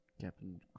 Captain